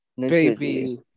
Baby